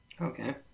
okay